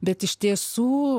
bet iš tiesų